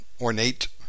ornate